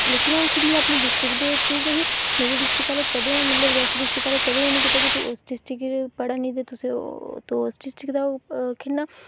लेकिन अं'ऊ खेढ़नी ते अपनी डिस्ट्रिक्ट दे थ्रू गै ही मेरी डिस्ट्रिक्ट आह्लें कदें रियासी डिस्ट्रिक्ट आह्लें कदें निं एह् कीता की तू उस ड्स्ट्रिक्ट च पढ़ानी ते तो उस डिस्ट्रिक्ट दा खेढ़ना